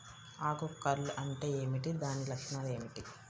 ఆకు కర్ల్ అంటే ఏమిటి? దాని లక్షణాలు ఏమిటి?